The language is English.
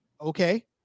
Okay